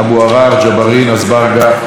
ג'מאל זחאלקה,